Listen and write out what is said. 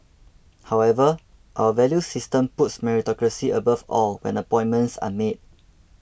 however our value system puts meritocracy above all when appointments are made